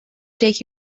take